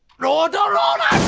rodororada!